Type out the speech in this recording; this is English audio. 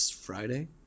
Friday